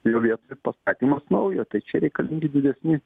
jų vietoj pastatymas naujo tai čia reikalingi didesni